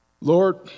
Lord